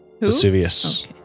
Vesuvius